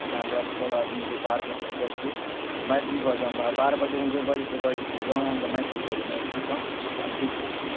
तैँ दुआरे सभआदमी जे बाहर परदेश जाइ छी से मैथिली बाजब आ बाहर परदेशमे जे बजै छी से बजै छी लेकिन गाँव आयब तऽ मैथिली बजनाइ सीखब आ सीखू